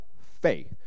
faith